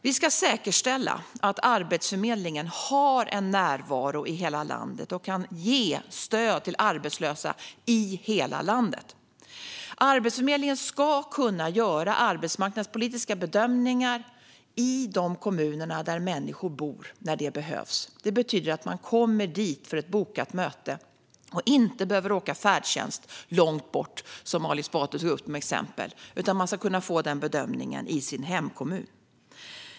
Vi ska säkerställa att Arbetsförmedlingen har en närvaro och kan ge stöd till arbetslösa i hela landet. Arbetsförmedlingen ska kunna göra arbetsmarknadspolitiska bedömningar i de kommuner där människor bor när det behövs. Det betyder att man kommer dit för ett bokat möte och inte behöver åka färdtjänst långt bort, som Ali Esbati tog upp som exempel. Man ska i normalfallet kunna få en bedömning i sin hemkommun.